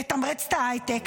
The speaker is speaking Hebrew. לתמרץ את ההייטק,